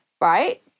right